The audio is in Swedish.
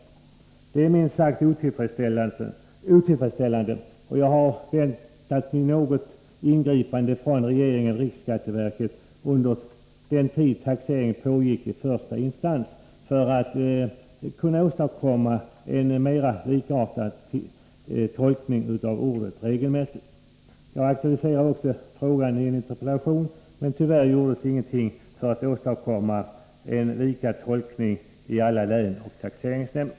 Detta är minst sagt otillfredsställande, och jag hade väntat mig något ingripande från regeringen eller riksskatteverket under den tid taxeringen pågick i första instans, för att det skulle kunna åstadkommas en mera likartad tolkning av ordet regelmässigt. Jag aktualiserade också frågan i en interpellation, men tyvärr gjordes ingenting för att åstadkomma en likartad tolkning i alla län och alla taxeringsnämnder.